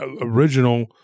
original